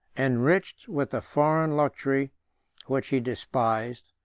enriched with the foreign luxury which he despised,